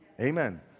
Amen